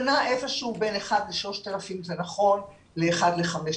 אבל זה נע איפשהו בין אחד ל-3,000 לאחד ל-5,000.